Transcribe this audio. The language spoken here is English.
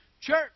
church